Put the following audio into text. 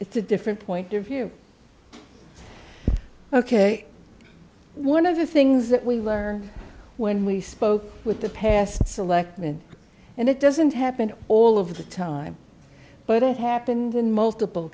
it's a different point of view ok one of the things that we learned when we spoke with the past selectman and it doesn't happen all of the time but it happened in multiple